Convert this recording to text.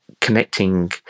connecting